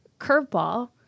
curveball